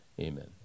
Amen